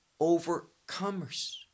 Overcomers